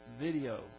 video